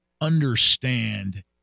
understand